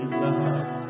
love